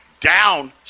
down